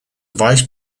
vice